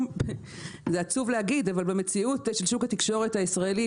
עצוב להגיד אבל במציאות של שוק התקשורת הישראלית